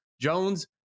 Jones